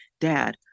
dad